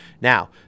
Now